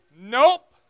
Nope